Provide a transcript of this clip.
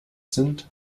sind